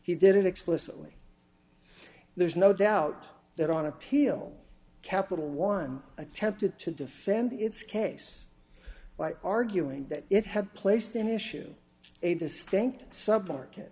he did it explicitly there's no doubt that on appeal capital one attempted to defend its case by arguing that it had placed an issue a distinct sub market